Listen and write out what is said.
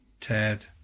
ted